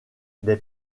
des